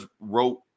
wrote